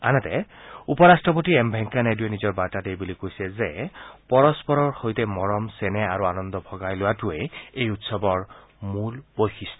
ইফালে উপ ৰাট্টপতি এম ভেংকায়া নাইডুৰে নিজৰ বাৰ্তাত এই বুলি কৈছে যে পৰস্পৰৰ সৈতে মৰম চেনেহ আৰু আনন্দ ভগাই লোৱাটোৱে এই উৎসৱৰ মূল বৈশিষ্ট্য